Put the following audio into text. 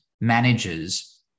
managers